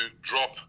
drop